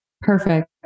Perfect